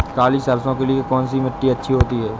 काली सरसो के लिए कौन सी मिट्टी अच्छी होती है?